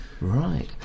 Right